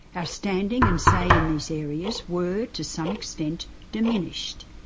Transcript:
our standing and say in these areas were to some extent diminished.